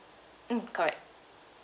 mm correct